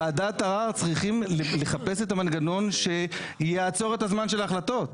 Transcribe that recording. וועדת ערר צריכים לחפש את המנגנון שיעצור את הזמן של ההחלטות.